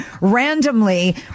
randomly